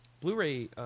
Blu-ray